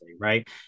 Right